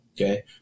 okay